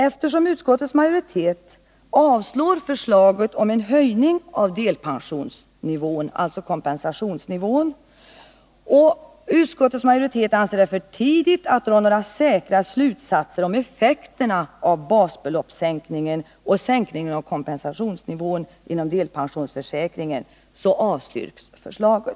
Eftersom utskottsmajoriteten avstyrker förslaget om en höjning av kompensationsnivån inom delpensioneringen och utskottsmajoriteten anser det för tidigt att dra några säkra slutsatser om effekterna av basbeloppssänkningen och sänkningen av kompensationsnivån, avstyrks också detta förslag.